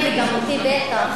גם אותך.